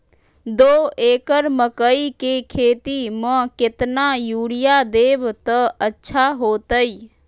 दो एकड़ मकई के खेती म केतना यूरिया देब त अच्छा होतई?